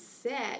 set